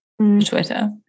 Twitter